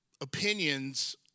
opinions